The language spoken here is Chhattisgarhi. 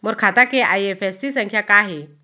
मोर खाता के आई.एफ.एस.सी संख्या का हे?